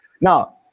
Now